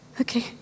Okay